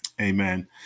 amen